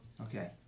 Okay